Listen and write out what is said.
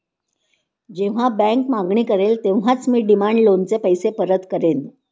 जेव्हा बँक मागणी करेल तेव्हाच मी डिमांड लोनचे पैसे परत करेन